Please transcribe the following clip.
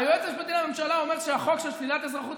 שהיועץ המשפטי לממשלה אומר שהחוק של שלילת אזרחות